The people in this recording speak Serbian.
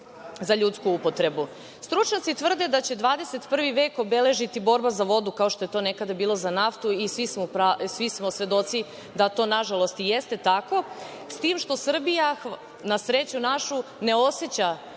za ljudsku upotrebu. Stručnjaci tvrde da će 21. vek obeležiti borba za vodu, kao što je to nekada bilo za naftu, i svi smo svedoci da to, nažalost, jeste tako, s tim što Srbija, na sreću našu, ne oseća